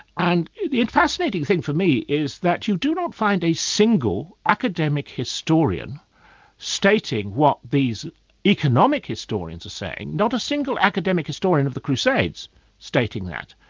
and the fascinating thing for me is that you do not find a single academic historian stating what these economic historians are saying, not a single academic historian of the crusades stating that,